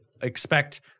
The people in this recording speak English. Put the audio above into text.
expect